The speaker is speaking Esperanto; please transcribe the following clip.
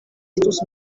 estus